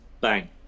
bang